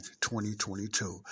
2022